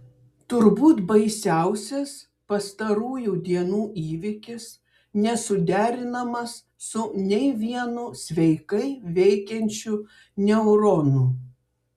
turbūt baisiausias pastarųjų dienų įvykis nesuderinamas su nei vienu sveikai veikiančiu neuronu